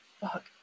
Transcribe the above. fuck